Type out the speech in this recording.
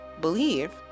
Believe